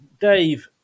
Dave